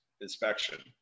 inspection